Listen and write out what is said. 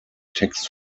text